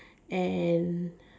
and